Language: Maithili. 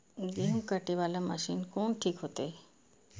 गेहूं कटे वाला मशीन कोन ठीक होते?